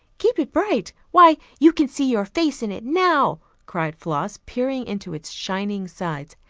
keep it bright! why, you can see your face in it now, cried floss, peering into its shining sides.